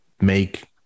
make